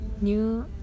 new